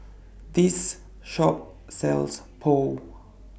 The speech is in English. This Shop sells Pho